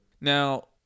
Now